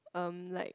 erm like